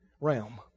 realm